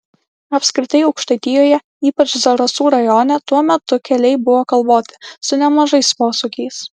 apskritai aukštaitijoje ypač zarasų rajone tuo metu keliai buvo kalvoti su nemažais posūkiais